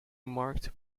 marked